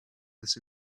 this